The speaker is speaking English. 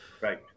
Right